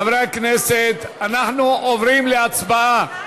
חברי הכנסת, אנחנו עוברים להצבעה.